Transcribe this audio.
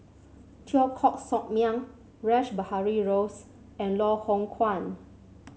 Teo Koh Sock Miang Rash Behari Rose and Loh Hoong Kwan